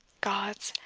gods!